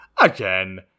Again